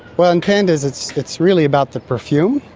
well, in pandas it's it's really about the perfume.